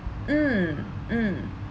mm mm